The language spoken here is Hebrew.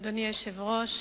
אדוני היושב-ראש,